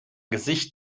gesicht